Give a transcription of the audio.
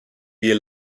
wir